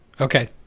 Okay